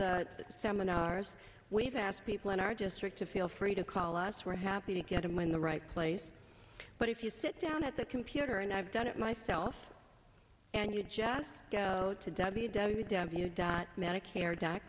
the seminar we've asked people in our district to feel free to call us we're happy to get them in the right place but if you sit down at the computer and i've done it myself and you just go to w w w medicare dot